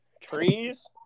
trees